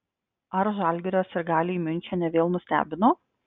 ar žalgirio sirgaliai miunchene vėl nustebino